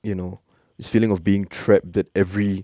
you know is feeling of being trapped that every